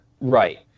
Right